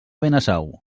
benasau